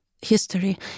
history